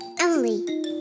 Emily